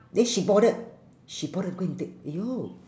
then she bothered she bothered to go and take !aiyo!